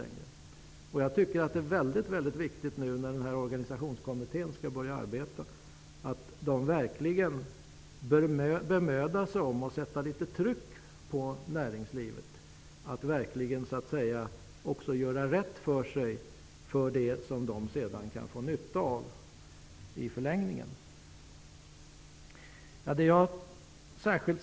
När organisationskommittén nu skall börja arbeta tycker jag att det är väldigt viktigt att den verkligen bemödar sig om att sätta litet tryck på näringslivet att verkligen göra rätt för sig för det som näringslivet i förlängningen sedan skall få nytta av.